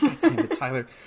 Tyler